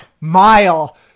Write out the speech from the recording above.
mile